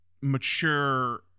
mature